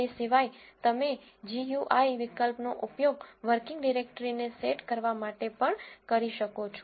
એ સિવાય તમે જીયુઆઇ વિકલ્પનો ઉપયોગ વર્કિંગ ડિરેક્ટરીને સેટ કરવા માટે પણ કરી શકો છો